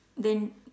then